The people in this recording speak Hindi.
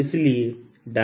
और इसलिए B0 है